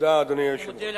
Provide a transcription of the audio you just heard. אדוני היושב-ראש, תודה.